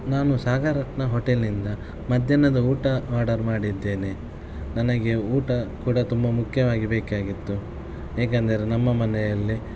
ನಾನು ಸಾಗರ್ ರತ್ನ ಹೋಟೆಲ್ನಿಂದ ಮಧ್ಯಾಹ್ನದ ಊಟ ಆರ್ಡರ್ ಮಾಡಿದ್ದೇನೆ ನನಗೆ ಊಟ ಕೂಡ ತುಂಬ ಮುಖ್ಯವಾಗಿ ಬೇಕಾಗಿತ್ತು ಏಕೆಂದರೆ ನಮ್ಮ ಮನೆಯಲ್ಲಿ